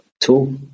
tool